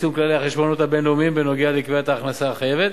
יישום כללי החשבונאות הבין-לאומיים בנוגע לקביעת ההכנסה החייבת